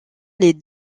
les